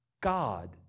God